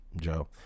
joe